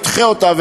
נדחה אותה.